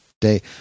day